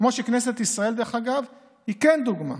כמו שכנסת ישראל, דרך אגב, היא כן דוגמה.